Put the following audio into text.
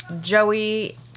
Joey